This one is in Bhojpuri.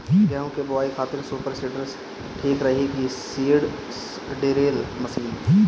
गेहूँ की बोआई खातिर सुपर सीडर ठीक रही की सीड ड्रिल मशीन?